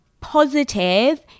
positive